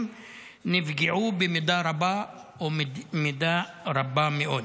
נפגעו במידה רבה או במידה רבה מאוד